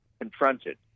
confronted